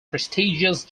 prestigious